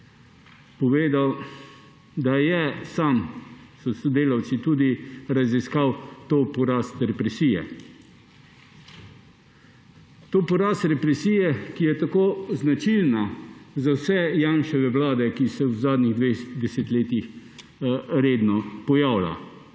povedal, da je sam s sodelavci tudi raziskal to porast represije. To porast represije, ki je tako značilna za vse Janševa vlade, ki se v zadnjih dveh desetletjih redno pojavlja.